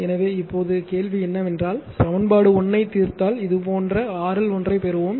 எனவே இப்போது கேள்வி என்னவென்றால் சமன்பாடு 1 ஐத் தீர்த்தால் இது போன்ற RL ஒன்றைப் பெறுவோம்